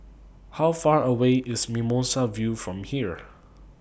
How Far away IS Mimosa View from here